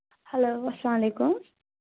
hello السلامُ علیکُم